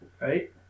right